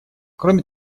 кроме